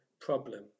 problem